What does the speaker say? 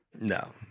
No